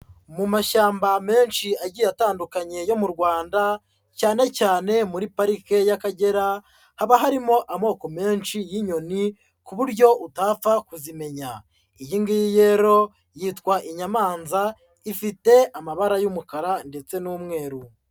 Mu mashyamba menshi agiye atandukanye yo mu Rwanda, cyane cyane muri parike y'Akagera haba harimo amoko menshi y'inyoni ku buryo utapfa kuzimenya, iyi ngiyi rero yitwa inyamanza ifite amabara y'umukara ndetse n'umweru.